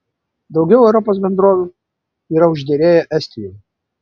daugiau europos bendrovių yra užderėję estijoje